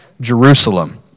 Jerusalem